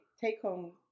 take-home